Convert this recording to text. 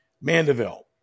Mandeville